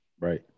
Right